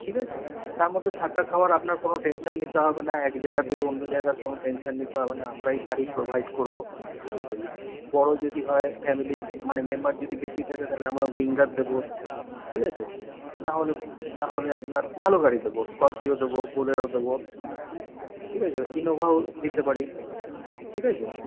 ঠিক আছে তার মধ্যে থাকা খাওয়ার আপনার কোনও টেনশন নিতে হবে না এক জায়গা থেকে অন্য জায়গার কোনও টেনশন নিতে হবে না আমরাই গাড়ি প্রোভাইড করব ঠিক আছে বড় যদি হয় ফ্যামিলি মানে মেম্বার যদি বেশি থাকে তাহলে আমরা উইঙ্গার দেব ঠিক আছে না হলে না হলে আপনার ভালো গাড়ি দেব স্করপিও দেব বোলেরো দেব ঠিক আছে ইনোভাও দিতে পারি ঠিক আছে